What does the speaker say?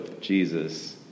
Jesus